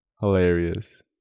hilarious